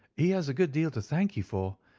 he has a good deal to thank you for,